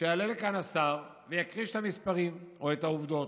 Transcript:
שיעלה לכאן השר ויכחיש את המספרים או את העובדות,